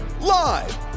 live